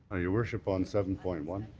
your worship, on seven point one.